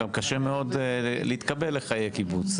גם קשה מאוד להתקבל לחיי קיבוץ.